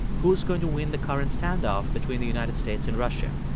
who's going to win the current standoff between the united states and russia?